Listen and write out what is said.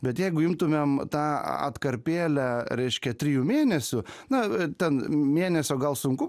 bet jeigu imtumėm tą atkarpėlę reiškia trijų mėnesių na ten mėnesio gal sunku